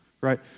right